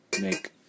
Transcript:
make